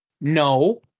No